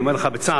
אני אומר לך בצער,